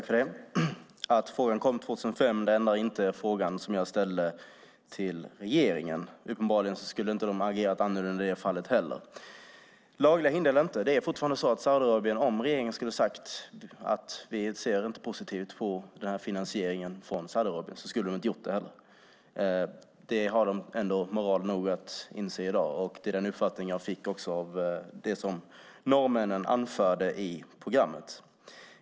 Fru talman! Att frågan kom 2005 ändrar inte frågan som jag ställde till regeringen. Uppenbarligen skulle de inte ha agerat annorlunda i det fallet. Lagliga hinder eller inte - det är fortfarande så att Saudiarabien, om regeringen skulle ha sagt att vi inte ser positivt på finansieringen därifrån, inte skulle ha gjort det heller. Det har de ändå moral nog att inse i dag, och det är också den uppfattning jag fick av det som norrmännen anförde i programmet.